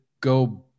go